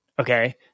Okay